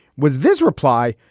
was this reply.